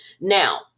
Now